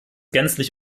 gänzlich